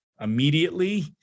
immediately